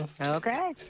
Okay